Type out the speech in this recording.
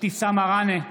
אבתיסאם מראענה,